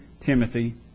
Timothy